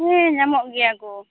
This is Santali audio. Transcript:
ᱦᱳᱭ ᱧᱟᱢᱚᱜ ᱜᱮᱭᱟᱠᱚ